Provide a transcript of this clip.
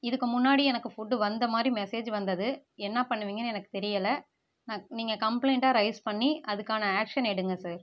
இதுக்கு முன்னாடி எனக்கு ஃபுட்டு வந்த மாதிரி மெசேஜ் வந்தது என்ன பண்ணுவீங்கனு எனக்கு தெரியலை நீங்கள் கம்பளைண்ட்டாக ரைஸ் பண்ணி அதுக்கான ஆக்க்ஷன் எடுங்க சார்